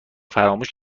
فراموش